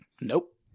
nope